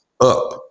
up